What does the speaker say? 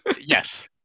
Yes